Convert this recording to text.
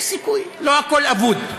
יש סיכוי, לא הכול אבוד.